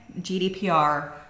GDPR